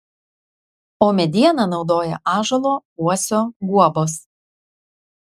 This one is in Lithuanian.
o medieną naudoja ąžuolo uosio guobos